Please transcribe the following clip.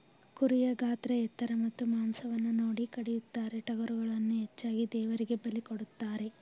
ಕುರಿಯ ಗಾತ್ರ ಎತ್ತರ ಮತ್ತು ಮಾಂಸವನ್ನು ನೋಡಿ ಕಡಿಯುತ್ತಾರೆ, ಟಗರುಗಳನ್ನು ಹೆಚ್ಚಾಗಿ ದೇವರಿಗೆ ಬಲಿ ಕೊಡುತ್ತಾರೆ